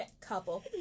couple